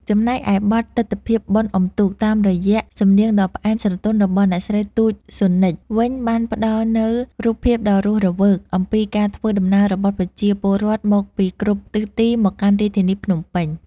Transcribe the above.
ចំណែកឯបទ «ទិដ្ឋភាពបុណ្យអ៊ុំទូក» តាមរយៈសំនៀងដ៏ផ្អែមស្រទន់របស់អ្នកស្រី ទូច ស៊ុននិច វិញ បានផ្តល់នូវរូបភាពដ៏រស់រវើកអំពីការធ្វើដំណើររបស់ប្រជាពលរដ្ឋមកពីគ្រប់ទិសទីមកកាន់រាជធានីភ្នំពេញ។